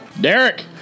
Derek